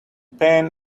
pain